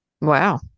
Wow